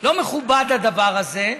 לא מכובד הדבר הזה,